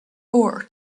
ore